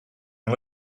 and